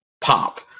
pop